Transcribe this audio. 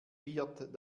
wird